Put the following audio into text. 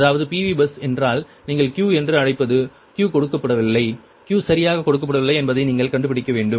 அதாவது PV bus என்றால் நீங்கள் Q என்று அழைப்பது Q கொடுக்கப்படவில்லை Q சரியாக கொடுக்கப்படவில்லை என்பதை நீங்கள் கண்டுபிடிக்க வேண்டும்